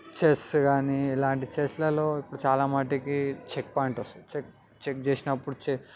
chess కానీ ఇలాంటి చెస్లలో ఇప్పుడూ చాలా మట్టుకు చెక్ పాయింట్ వస్తుంది చెక్ చేసినప్పుడు చెక్